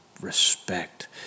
respect